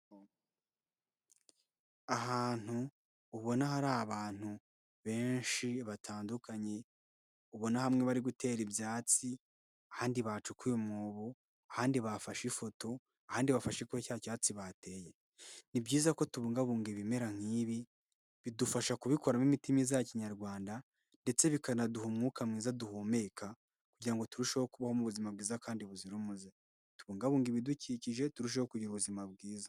Ahantu ubona hari abantu benshi batandukanye. Ubona hamwe bari gutera ibyatsi, ahandi bacukuye umwobo, ahandi bafashe ifoto, ahandi bafashe kuri cya cyatsi bateye. Ni byiza ko tubungabunga ibimera nk'ibi, bidufasha kubikoramo imitima myiza Kinyarwanda ndetse bikanaduha umwuka mwiza duhumeka, kugirango turusheho kubaho mu ubuzima bwiza kandi buzira umuze. Tubungabunge ibidukikije, turusheho kugira ubuzima bwiza.